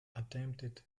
attempted